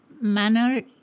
manner